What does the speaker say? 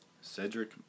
Cedric